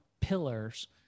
pillars